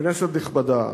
כנסת נכבדה,